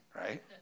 right